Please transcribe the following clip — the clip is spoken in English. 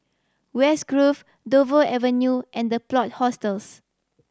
West Grove Dover Avenue and The Plot Hostels